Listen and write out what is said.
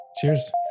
Cheers